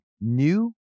new